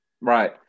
Right